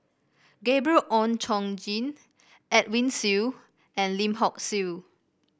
Gabriel Oon Chong Jin Edwin Siew and Lim Hock Siew